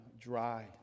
dry